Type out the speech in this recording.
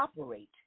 operate